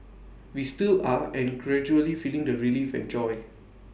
we still are and gradually feeling the relief and joy